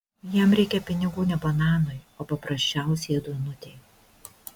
jam reikia pinigų ne bananui o paprasčiausiai duonutei